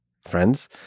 friends